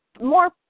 more